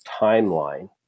timeline